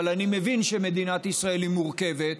אבל אני מבין שמדינת ישראל היא מורכבת,